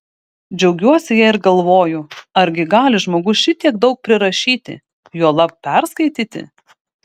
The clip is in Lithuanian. džiaugiuosi ja ir galvoju argi gali žmogus šitiek daug prirašyti juolab perskaityti